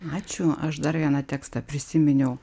ačiū aš dar vieną tekstą prisiminiau